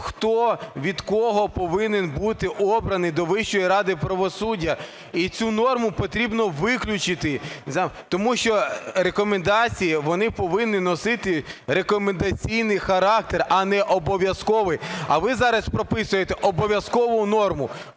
хто від кого повинен бути обраний до Вищої ради правосуддя. І цю норму потрібно виключити, тому що рекомендації - вони повинні носити рекомендаційний характер, а не обов'язковий. А ви зараз прописуєте обов'язкову норму.